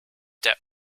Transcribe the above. der